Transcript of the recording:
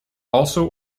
also